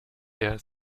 der